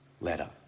letter